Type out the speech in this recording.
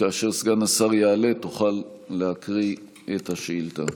וכאשר סגן השר יעלה תוכל להקריא את השאילתה.